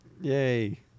Yay